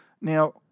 Now